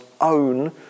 own